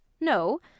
No